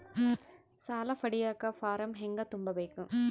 ಸಾಲ ಪಡಿಯಕ ಫಾರಂ ಹೆಂಗ ತುಂಬಬೇಕು?